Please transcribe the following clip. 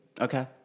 okay